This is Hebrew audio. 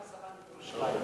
כיכר-סלאמה בירושלים.